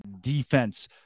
defense